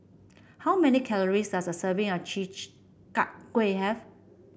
how many calories does a serving of Chi Kak Kuih have